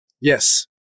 Yes